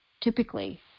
typically